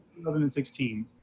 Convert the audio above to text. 2016